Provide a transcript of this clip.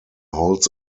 holds